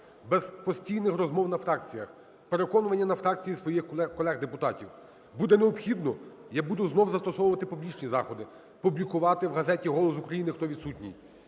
без постійних розмов на фракціях, у переконуванні на фракції своїх колег депутатів. Буде необхідно, я буду знову застосовувати публічні заходи, публікувати в газеті "Голос України" хто відсутній.